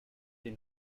they